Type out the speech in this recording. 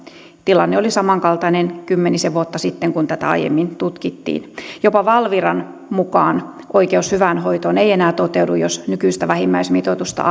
tilanne oli samankaltainen kymmenisen vuotta siten kun tätä aiemmin tutkittiin jopa valviran mukaan oikeus hyvään hoitoon ei enää toteudu jos nykyistä vähimmäismitoitusta